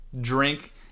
drink